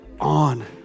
on